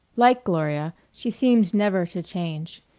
like gloria, she seemed never to change.